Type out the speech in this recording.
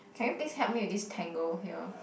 can you please help me with this tangle here